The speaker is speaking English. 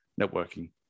networking